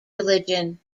religion